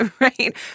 right